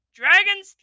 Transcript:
dragons